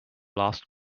last